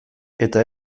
eta